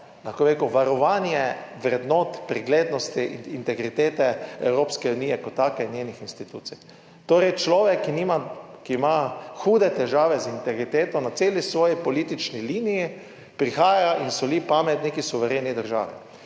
bi rekel varovanje vrednot preglednosti, integritete Evropske unije, kot take in njenih institucij. Torej človek, ki ima hude težave z integriteto na celi svoji politični liniji prihaja in soli pamet v neki suvereni državi.